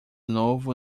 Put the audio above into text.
novo